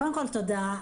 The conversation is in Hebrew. קודם כל, תודה.